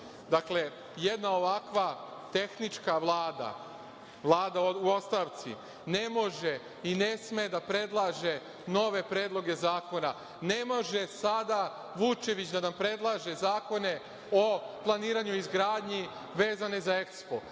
Sadu. Dakle, jedna ovakva tehnička Vlada, Vlada u ostavci, ne može i ne sme da predlaže nove predloge zakone. Ne može sada Vučević da nam predlaže zakone o planiranju i izgradnji vezene za EKSPO.